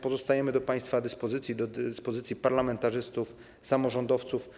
Pozostajemy do państwa dyspozycji, do dyspozycji parlamentarzystów, samorządowców.